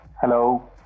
Hello